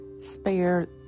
Spare